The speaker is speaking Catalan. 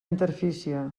interfície